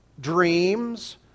dreams